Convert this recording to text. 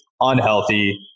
unhealthy